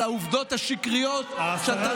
על העובדות השקריות שאתה משדר,